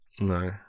no